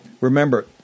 Remember